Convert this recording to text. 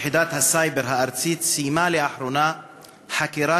יחידת הסייבר הארצית סיימה לאחרונה חקירה